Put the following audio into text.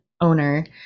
owner